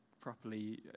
properly